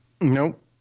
Nope